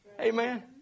amen